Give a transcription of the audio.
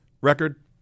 record